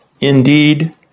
indeed